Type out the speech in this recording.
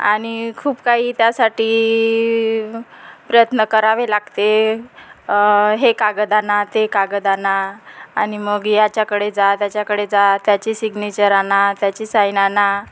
आणि खूप काही त्यासाठी प्रयत्न करावे लागते हे कागद आणा ते कागद आणा आणि मग याच्याकडे जा त्याच्याकडे जा त्याची सिग्नेचर आणा त्याची साईन आणा